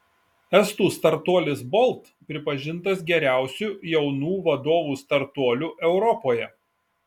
estų startuolis bolt pripažintas geriausiu jaunų vadovų startuoliu europoje